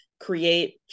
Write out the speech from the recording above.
Create